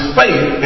faith